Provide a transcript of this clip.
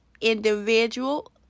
individual